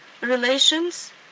relations